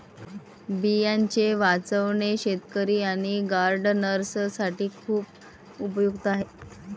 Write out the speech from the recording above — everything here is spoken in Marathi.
बियांचे वाचवणे शेतकरी आणि गार्डनर्स साठी खूप उपयुक्त आहे